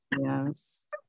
Yes